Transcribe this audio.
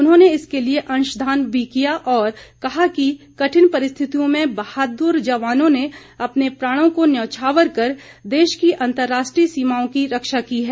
उन्होंने इसके लिए अंशदान भी किया और कहा कि कठिन परिस्थतियों में बहादुर जवानों ने अपने प्राणों को न्यौछावर कर देश की अंतर्राष्ट्रीय सीमाओं की रक्षा की है